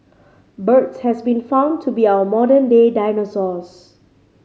birds have been found to be our modern day dinosaurs